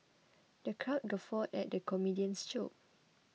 the crowd guffawed at the comedian's jokes